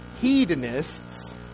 hedonists